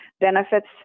benefits